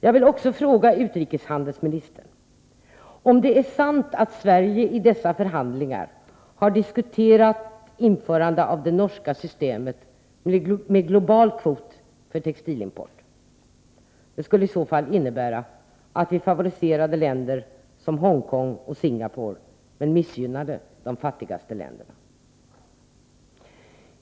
Jag vill också fråga utrikeshandelsministern om det är sant att Sverige i dessa förhandlingar har diskuterat införande av det norska systemet med global kvot för textilimport? Det skulle i så fall innebära att vi favoriserade länder som Hongkong och Singapore men missgynnade de fattigaste länderna.